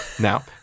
Now